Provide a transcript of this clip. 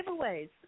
giveaways